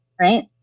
Right